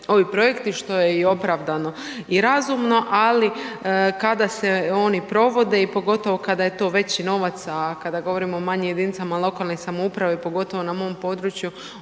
ovi projekti što je i opravdano i razumno. Ali kada se oni provode i pogotovo kada je to veći novac, a kada govorimo o manjim jedinicama lokalne samouprave pogotovo na mom području